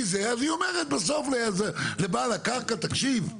אז היא אומרת בסוף לבעל הקרקע תקשיב,